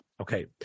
Okay